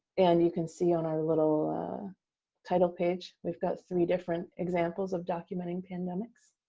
and you can see on our little title page, we've got three different examples of documenting pandemics.